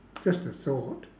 just a thought